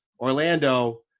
Orlando